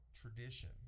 tradition